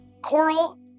Coral